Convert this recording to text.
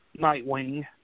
Nightwing